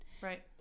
Right